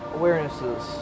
awarenesses